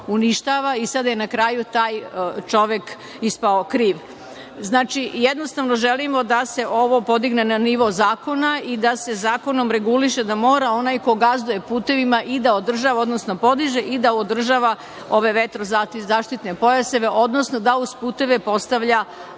uništava i sad je na kraju taj čovek ispao kriv. Znači, jednostavno želimo da se ovo podigne na nivo zakona i da se zakonom reguliše da mora onaj ko gazduje putevima i da održava, odnosno podiže i da održava ove vetro-zaštitne pojaseve, odnosno da uz puteve postavlja